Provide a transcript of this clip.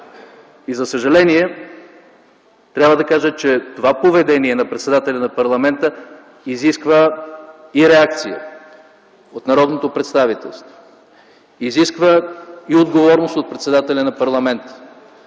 За съжаление трябва да кажа, че това поведение на председателя на парламента изисква и реакция от народното представителство, изисква и отговорност от председателя на парламента.